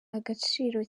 agaciro